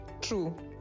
True